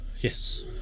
Yes